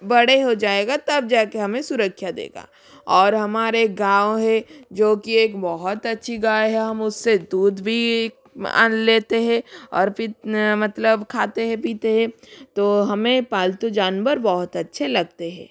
बड़े हो जाएगा तब जाके हमें सुरक्षा देगा और हमारे गाँव है जो की एक बहुत अच्छी गाय है हम उससे दूध भी आन लेते है और फिर मतलब खाते है पीते है तो हमें पालतू जानवर बहुत अच्छे लगते है